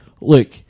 Look